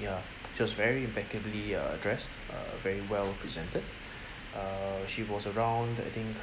ya she was very impeccably uh dressed uh very well presented err she was around I think